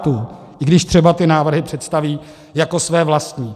I když třeba ty návrhy představí jako své vlastní.